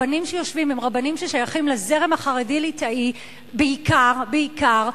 רבנים ששייכים לזרם החרדי-ליטאי בעיקר,